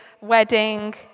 wedding